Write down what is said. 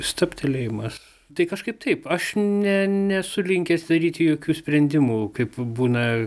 stabtelėjimas tai kažkaip taip aš ne nesu linkęs daryti jokių sprendimų kaip būna